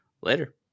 Later